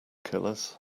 killers